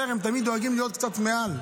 הם תמיד דואגים להיות קצת מעל,